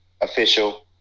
Official